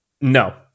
No